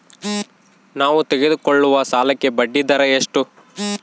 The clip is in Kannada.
ನಾವು ತೆಗೆದುಕೊಳ್ಳುವ ಸಾಲಕ್ಕೆ ಬಡ್ಡಿದರ ಎಷ್ಟು?